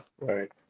Right